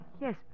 Yes